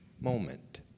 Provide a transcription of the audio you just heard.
moment